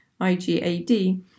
IGAD